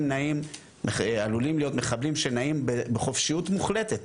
עלולים להיות מחבלים שנעים בחופשיות מוחלטת.